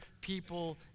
people